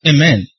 Amen